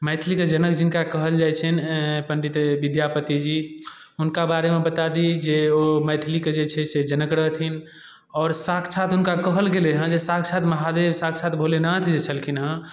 मैथिलीके जनक जिनका कहल जाइ छनि पण्डित विद्यापति जी हुनका बारेमे बतादि जे ओ मैथिलिके जे छै से जनक रहथिन आओर साक्षात हुनका कहल गेलै हँ जे साक्षात महादेव साक्षात भोलेनाथ जे छलखिन हँ